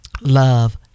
love